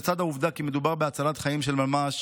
לצד העובדה כי מדובר בהצלת חיים של ממש